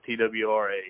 TWRA